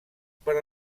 per